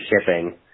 shipping